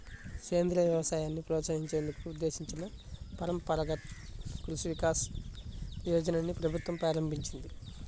సేంద్రియ వ్యవసాయాన్ని ప్రోత్సహించేందుకు ఉద్దేశించిన పరంపరగత్ కృషి వికాస్ యోజనని ప్రభుత్వం ప్రారంభించింది